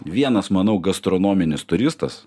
vienas manau gastronominis turistas